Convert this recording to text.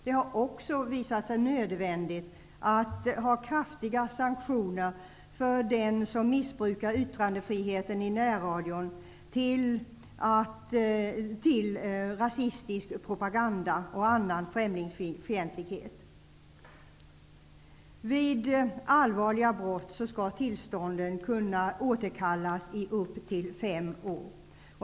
Det har också visat sig nödvändigt att ha kraftiga sanktioner för den som missbrukar yttrandefriheten i närradion till rasistisk propaganda och annan främlingsfientlighet. Vid allvarliga brott skall tillstånden kunna återkallas i upp till fem år.